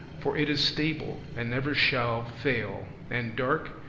for it is stable and never shall fail, and dark,